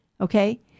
okay